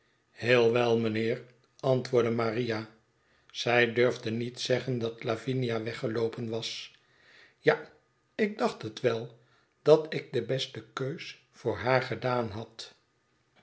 heel wel mynheer antwoordde maria zij durfde niet zeggen dat lavinia weggeloopen was ja ik dacht het wel dat ik de beste keus voor haar gedaan had